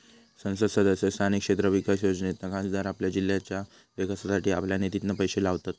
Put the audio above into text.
संसद सदस्य स्थानीय क्षेत्र विकास योजनेतना खासदार आपल्या जिल्ह्याच्या विकासासाठी आपल्या निधितना पैशे लावतत